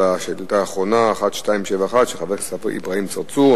השאילתא האחרונה היא שאילתא 1271 של חבר הכנסת אברהים צרצור.